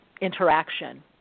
interaction